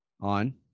On